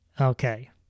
Okay